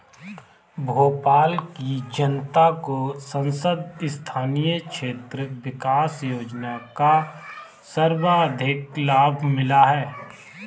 भोपाल की जनता को सांसद स्थानीय क्षेत्र विकास योजना का सर्वाधिक लाभ मिला है